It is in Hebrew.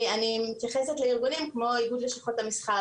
אני מתייחסת לארגונים כמו איגוד לשכות המסחר,